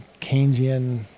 Keynesian